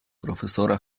profesora